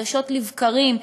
חדשות לבקרים,